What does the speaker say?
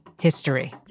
history